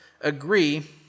agree